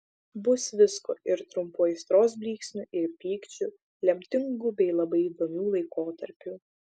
bus visko ir trumpų aistros blyksnių ir pykčių lemtingų bei labai įdomių laikotarpių